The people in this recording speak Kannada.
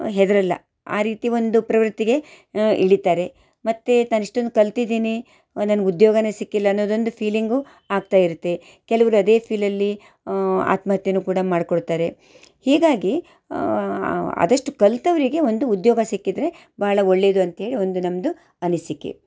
ಹೆದರಲ್ಲ ಆ ರೀತಿ ಒಂದು ಪ್ರವೃತ್ತಿಗೆ ಇಳಿತಾರೆ ಮತ್ತೆ ತಾನಿಷ್ಟೊಂದು ಕಲ್ತಿದ್ದೀನಿ ನನಗೆ ಉದ್ಯೋಗವೇ ಸಿಕ್ಕಿಲ್ಲ ಅನ್ನೋದು ಒಂದು ಫೀಲಿಂಗು ಆಗ್ತಾಯಿರುತ್ತೆ ಕೆಲವರು ಅದೇ ಫೀಲಲ್ಲಿ ಆತ್ಮಹತ್ಯೆಯೂ ಕೂಡ ಮಾಡ್ಕೊಳ್ತಾರೆ ಹೀಗಾಗಿ ಆದಷ್ಟು ಕಲಿತವರಿಗೆ ಒಂದು ಉದ್ಯೋಗ ಸಿಕ್ಕಿದರೆ ಬಹಳ ಒಳ್ಳೇದು ಅಂತ ಹೇಳಿ ಒಂದು ನಮ್ಮದು ಅನಿಸಿಕೆ